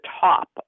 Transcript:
top